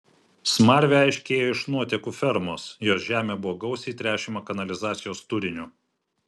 smarvė aiškiai ėjo iš nuotėkų fermos jos žemė buvo gausiai tręšiama kanalizacijos turiniu